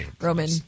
Roman